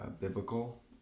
biblical